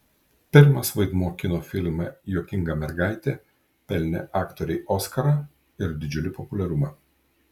pirmas vaidmuo kino filme juokinga mergaitė pelnė aktorei oskarą ir didžiulį populiarumą